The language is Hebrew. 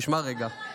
תשמע רגע.